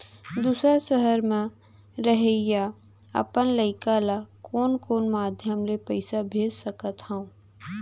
दूसर सहर म रहइया अपन लइका ला कोन कोन माधयम ले पइसा भेज सकत हव?